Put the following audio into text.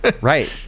Right